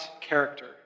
character